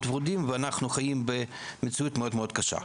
הוורודים ואנחנו חיים במציאות מאוד מאוד קשה.